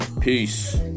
Peace